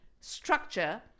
structure